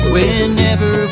Whenever